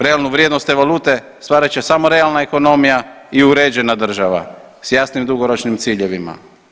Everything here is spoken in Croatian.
Realnu vrijednost te valute stvarat će samo realna ekonomija i uređena država s jasnim dugoročnim ciljevima.